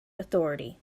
authority